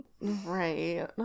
Right